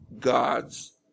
God's